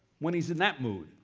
when he's in that mood,